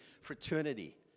fraternity